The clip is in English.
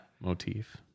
motif